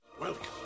Welcome